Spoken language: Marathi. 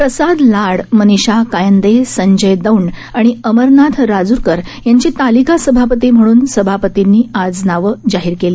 प्रसाद लाड मनीषा कायंदे संजय दौंड आणि अमरनाथ राजूरकर यांची तालिका सभापती म्हणून सभापतींनी आज नावं जाहीर केली